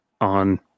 on